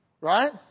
Right